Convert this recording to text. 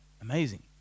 amazing